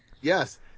Yes